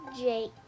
Jake